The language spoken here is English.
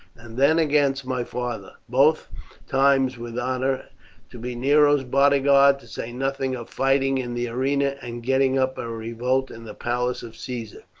and then against my father, both times with honour to be nero's bodyguard to say nothing of fighting in the arena, and getting up a revolt in the palace of caesar.